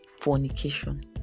fornication